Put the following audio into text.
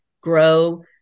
grow